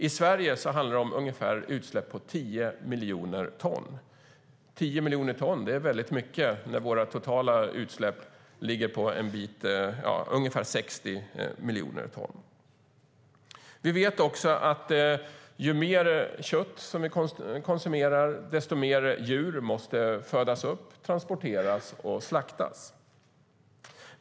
I Sverige handlar det om utsläpp på ungefär 10 miljoner ton. 10 miljoner ton är väldigt mycket när våra totala utsläpp ligger på ungefär 60 miljoner ton. Vi vet också att ju mer kött vi konsumerar, desto mer djur måste födas upp, transporteras och slaktas.